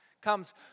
comes